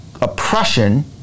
oppression